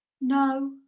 No